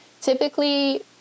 Typically